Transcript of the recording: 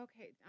Okay